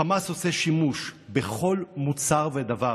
חמאס עושה שימוש בכל מוצר ודבר